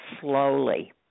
slowly